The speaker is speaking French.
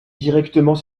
directement